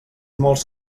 molts